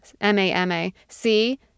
M-A-M-A-C